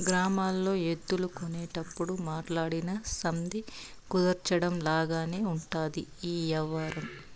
గ్రామాల్లో ఎద్దులు కొనేటప్పుడు మాట్లాడి సంధి కుదర్చడం లాగానే ఉంటది ఈ యవ్వారం